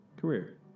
career